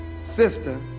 sister